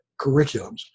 curriculums